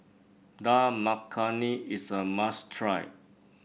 Dal Makhani is a must try